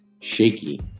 Shaky